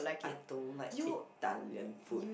I don't like Italian food